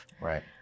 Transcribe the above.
Right